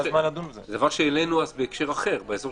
דבר שהעלינו אז באזור